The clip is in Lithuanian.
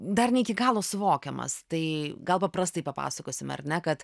dar ne iki galo suvokiamas tai gal paprastai papasakosim ar ne kad